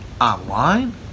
online